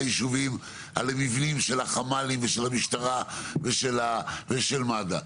יישובים על המבנים של החמ"לים ושל המשטרה ושל מד"א,